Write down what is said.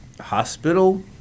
hospital